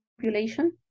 population